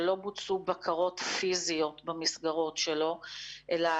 שלא בוצעו בקרות פיזיות במסגרות שלו אלא